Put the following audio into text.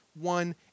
one